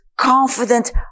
Confident